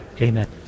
Amen